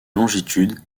longitude